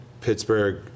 Pittsburgh